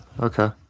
okay